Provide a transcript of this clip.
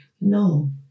no